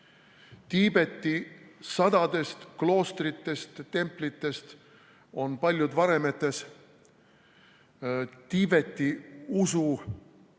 Tiibeti sadadest kloostritest-templitest on paljud varemetes. Tiibeti